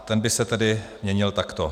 Ten by se tedy měnil takto: